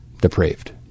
depraved